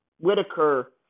Whitaker